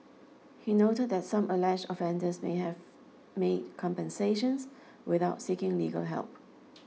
he noted that some alleged offenders may have made compensations without seeking legal help